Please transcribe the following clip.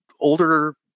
Older